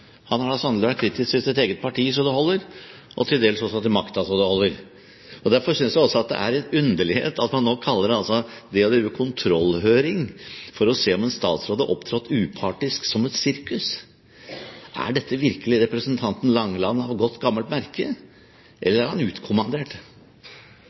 Han har da sannelig vært kritisk til sitt eget parti så det holder, og til dels også til «makta» så det holder. Derfor synes jeg også det er en underlighet at han kaller det å drive kontrollhøring for å se om en statsråd har opptrådt upartisk, et sirkus. Er dette virkelig representanten Langeland av godt gammelt merke?